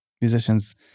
musicians